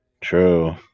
true